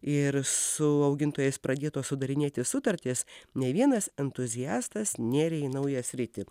ir su augintojais pradėtos sudarinėti sutartys ne vienas entuziastas nėrė į naują sritį